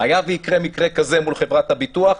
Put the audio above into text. היה ויקרה מקרה כזה מול חברת הביטוח,